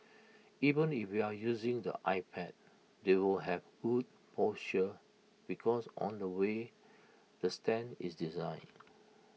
even if you're using the iPad they will have good posture because on the way the stand is designed